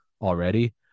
already